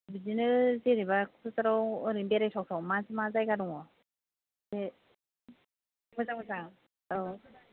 बिदिनो जेनोबा क'क्राझाराव ओरैनो बेराय थाव थाव मा मा जायगा दङ बे मोजां मोजां औ